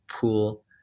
pool